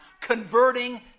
converting